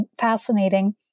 fascinating